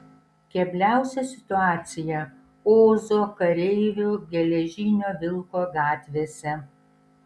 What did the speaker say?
kebliausia situacija ozo kareivių geležinio vilko gatvėse